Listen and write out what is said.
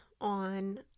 on